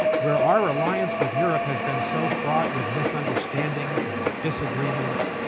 where our alliance with europe has been so fraught with misunderstandings and disagreements,